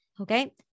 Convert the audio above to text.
Okay